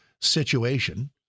situation